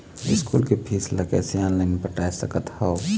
School के fees ला कैसे ऑनलाइन पटाए सकत हव?